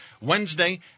Wednesday